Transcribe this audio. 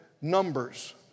numbers